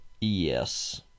yes